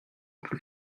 plus